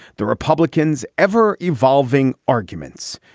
the republicans ever evolving arguments.